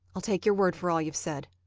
i'll take your word for all you've said.